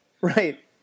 Right